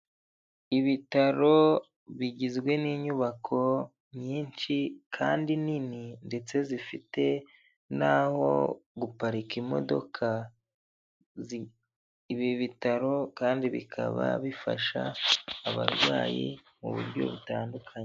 Ibitaro bigizwe n'inyubako nyinshi kandi nini, ndetse zifite n'aho guparika imodoka, ibi bitaro kandi bikaba bifasha abarwayi mu buryo butandukanye.